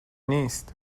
نیست